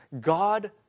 God